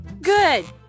Good